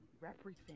represent